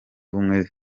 ubumwe